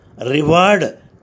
reward